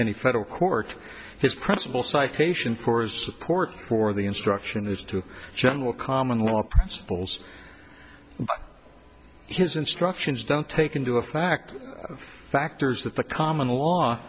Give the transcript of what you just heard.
any federal court his principal citation for his support for the instruction is to general common law principles in his instructions don't take into a fact factors that the common law